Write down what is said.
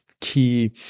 key